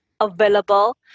available